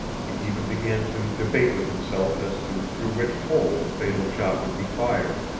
he even began to debate with himself as to through which hole the fatal shot would be fired.